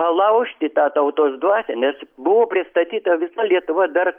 palaužti tą tautos dvasią nes buvo pristatyta visa lietuva dar